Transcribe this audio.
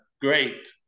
great